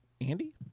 Andy